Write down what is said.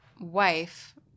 wife